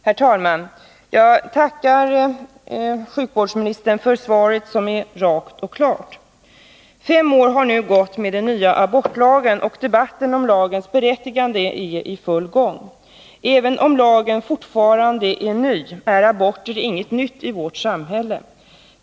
Herr talman! Jag tackar sjukvårdsministern för svaret, som är rakt och klart. Fem år har nu gått med den nya abortlagen, och debatten om lagens berättigande är i full gång. Även om lagen fortfarande är ny, är aborter ingenting nytt i vårt samhälle.